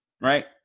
right